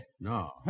No